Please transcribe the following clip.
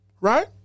Right